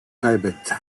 kaybetti